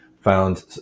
found